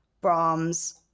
Brahms